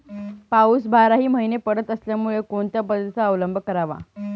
पाऊस बाराही महिने पडत असल्यामुळे कोणत्या पद्धतीचा अवलंब करावा?